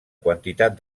quantitat